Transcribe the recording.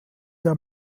der